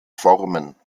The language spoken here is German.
formen